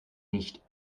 nicht